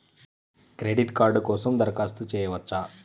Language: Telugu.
క్రెడిట్ కార్డ్ కోసం దరఖాస్తు చేయవచ్చా?